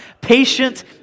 Patient